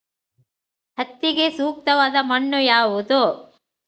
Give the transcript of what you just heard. ಹತ್ತಿಗೆ ಸೂಕ್ತವಾದ ಮಣ್ಣು ಯಾವುದು?